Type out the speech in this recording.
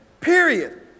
period